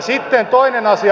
sitten toinen asia